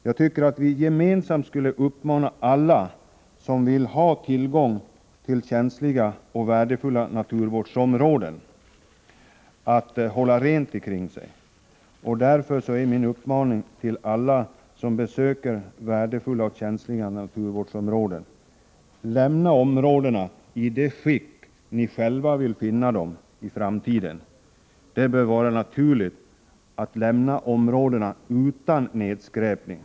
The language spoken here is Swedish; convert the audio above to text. Jag tycker att vi gemensamt skall uppmana alla som vill ha tillgång till känsliga och värdefulla naturvårdsområden att hålla rent omkring sig. Därför är min uppmaning till alla besökare av värdefulla och känsliga naturvårdsområden: Lämna områdena i det skick ni själva i framtiden vill finna dem. Det bör vara naturligt att lämna områdena utan nedskräpning.